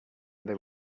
they